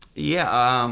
yeah.